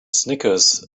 snickers